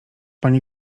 pani